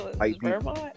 vermont